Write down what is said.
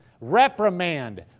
reprimand